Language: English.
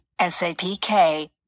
Sapk